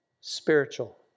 spiritual